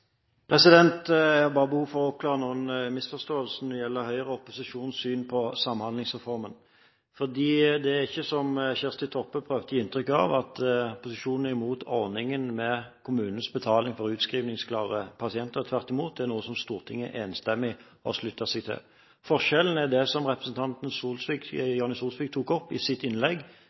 Jeg har bare behov for å oppklare noen misforståelser når det gjelder Høyres og opposisjonens syn på Samhandlingsreformen. For det er ikke, som Kjersti Toppe prøvde å gi inntrykk av, slik at opposisjonen er imot ordningen med kommunenes betaling for utskrivningsklare pasienter. Tvert imot, det er noe som Stortinget enstemmig har sluttet seg til. Forskjellen er det som representanten Jonni Helge Solsvik tok opp i sitt innlegg,